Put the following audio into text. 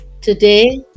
Today